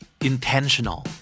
Intentional